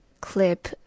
clip